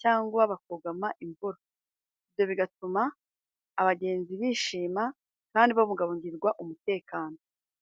cyangwa bakugama imvura, ibyo bigatuma abagenzi bishima kandi babungabungirwa umutekano.